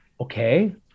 okay